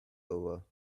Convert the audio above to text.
over